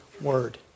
word